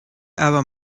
aber